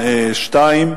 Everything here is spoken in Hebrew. להסתייגות הראשונה לסעיף 2,